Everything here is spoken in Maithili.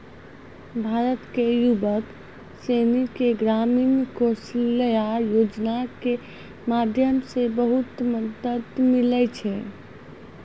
भारत के युवक सनी के ग्रामीण कौशल्या योजना के माध्यम से बहुत मदद मिलै छै